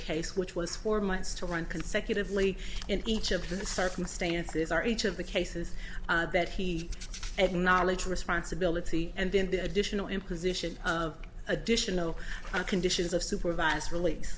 case which was four months to run consecutively in each of the circumstances are each of the cases that he acknowledged responsibility and then the additional imposition of additional conditions of supervised release